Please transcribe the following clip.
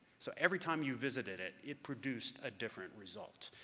so every time you visited it, it produced a different result.